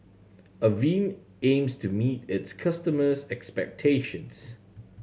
Avene aims to meet its customers' expectations